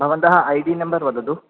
भवन्तः I D number वदतु